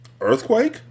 Earthquake